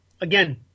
Again